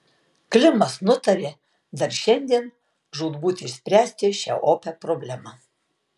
klimas nutarė dar šiandien žūtbūt išspręsti šią opią problemą